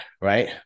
right